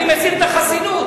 אני מסיר את החסינות.